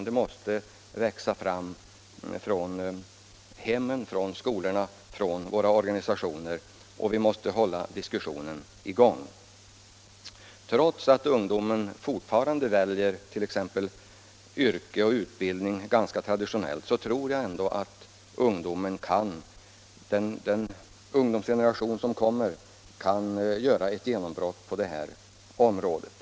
Det måste växa fram — från hemmen, från skolorna, från våra organisationer — och vi måste hålla diskussionen i gång. Trots att ungdomen fortfarande t.ex. väljer yrke och utbildning ganska traditionellt, tror jag att den ungdomsgeneration som kommer kan göra ett genombrott på det här området.